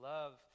Love